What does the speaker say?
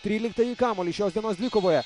tryliktąjį kamuolį šios dienos dvikovoje